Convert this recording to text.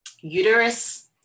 uterus